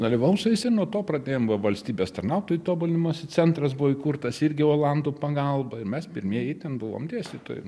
dalyvavom su jais ir nuo to pradėjom va valstybės tarnautojų tobulinimosi centras buvo įkurtas irgi olandų pagalba ir mes pirmieji ten buvom dėstytojai